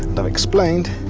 but i've explained